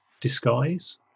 Disguise